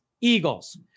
Eagles